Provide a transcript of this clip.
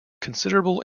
considerable